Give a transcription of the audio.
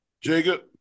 Jacob